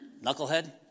knucklehead